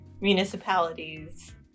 municipalities